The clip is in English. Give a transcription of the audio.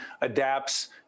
adapts